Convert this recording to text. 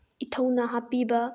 ꯏꯊꯧꯅꯥ ꯍꯥꯞꯄꯤꯕ